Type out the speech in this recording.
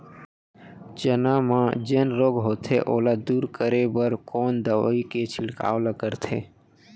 चना म जेन रोग होथे ओला दूर करे बर कोन दवई के छिड़काव ल करथे?